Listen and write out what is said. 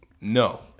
No